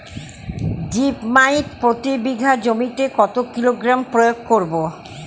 Zip মাইট প্রতি বিঘা জমিতে কত কিলোগ্রাম প্রয়োগ করব?